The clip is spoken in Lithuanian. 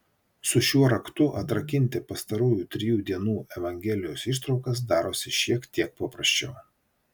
su šiuo raktu atrakinti pastarųjų trijų dienų evangelijos ištraukas darosi šiek tiek paprasčiau